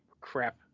crap